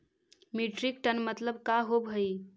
Metric ton मतलब का होव हइ?